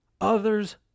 Others